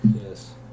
Yes